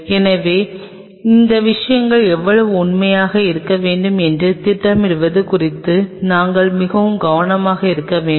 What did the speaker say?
எனவே இந்த விஷயங்கள் எவ்வளவு உண்மையாக இருக்க வேண்டும் என்று திட்டமிடுவது குறித்து நாங்கள் மிகவும் கவனமாக இருக்க வேண்டும்